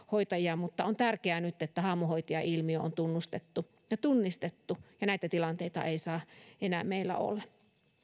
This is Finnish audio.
hoitajia mutta on tärkeää nyt että haamuhoitajailmiö on tunnustettu ja tunnistettu ja näitä tilanteita ei saa enää meillä